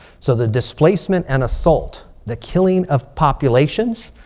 so the displacement and assault. the killing of populations.